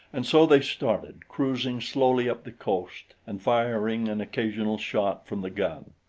and so they started, cruising slowly up the coast and firing an occasional shot from the gun.